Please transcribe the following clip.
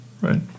right